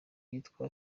yitwa